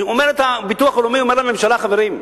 הביטוח הלאומי אומר לממשלה: חברים,